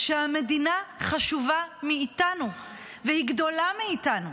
שהמדינה חשובה מאיתנו, והיא גדולה מאיתנו.